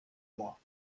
mois